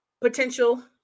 potential